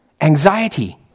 Anxiety